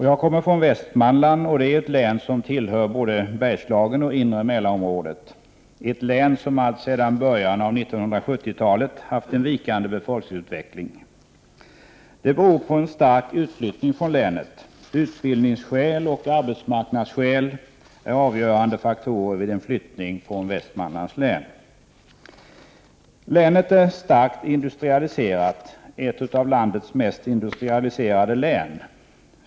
Själv kommer jag från Västmanland, och det är ett län som tillhör både Bergslagen och inre Mälarområdet, ett län som alltsedan början av 1970-talet haft en vikande befolkningsutveckling. Det beror på en stark utflyttning från länet. Utbildningsskäl och arbetsmarknadsskäl är avgörande faktorer vid en flyttning från Västmanlands län. Västmanland är ett av landets mest industrialiserade län.